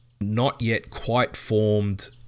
not-yet-quite-formed